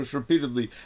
repeatedly